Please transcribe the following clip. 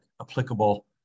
applicable